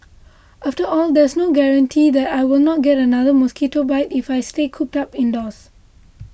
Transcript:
after all there's no guarantee that I will not get another mosquito bite if I stay cooped up indoors